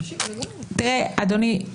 אדוני,